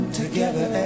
together